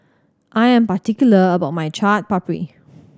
I am particular about my Chaat Papri